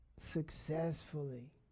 successfully